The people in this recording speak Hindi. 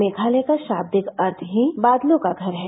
मेघालय का शाब्दिक अर्थ ही बादलों का घर है